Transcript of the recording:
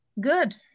Good